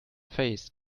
faced